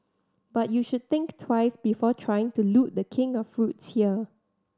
but you should think twice before trying to loot The King of fruits here